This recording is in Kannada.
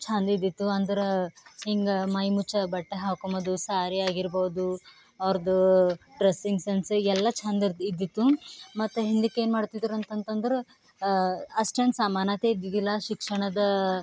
ಚಂದಿದ್ದಿತ್ತು ಅಂದ್ರೆ ಹಿಂಗೆ ಮೈ ಮುಚ್ಚೋ ಬಟ್ಟೆ ಹಾಕೊಬೋದು ಸ್ಯಾರಿ ಆಗಿರ್ಬೌದು ಅವ್ರದ್ದು ಡ್ರೆಸ್ಸಿಂಗ್ ಸೆನ್ಸ ಎಲ್ಲ ಚಂದ ಇದ್ದಿತ್ತು ಮತ್ತು ಹಿಂದಿಕೇನು ಮಾಡ್ತಿದ್ದರು ಅಂತಂತಂದರೆ ಅಷ್ಟೇನು ಸಮಾನತೆ ಇದ್ದಿದ್ದಿಲ್ಲ ಶಿಕ್ಷಣದ